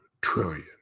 trillion